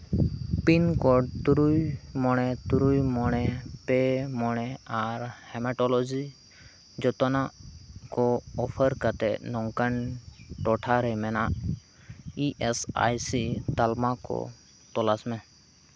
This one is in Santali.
ᱯᱤᱱ ᱠᱳᱰ ᱛᱩᱨᱩᱭ ᱢᱚᱬᱮ ᱛᱩᱨᱩᱭ ᱢᱚᱬᱮ ᱯᱮ ᱢᱚᱬᱮ ᱟᱨ ᱦᱮᱢᱟᱴᱳᱞᱚᱡᱤ ᱡᱚᱛᱚᱱᱟᱜ ᱠᱚ ᱚᱯᱷᱟᱨ ᱠᱟᱛᱮᱫ ᱱᱚᱝᱠᱟᱱ ᱴᱚᱴᱷᱟᱨᱮ ᱢᱮᱱᱟᱜ ᱤ ᱮᱥ ᱟᱭ ᱥᱤ ᱛᱟᱞᱢᱟ ᱠᱚ ᱛᱚᱞᱟᱥ ᱢᱮ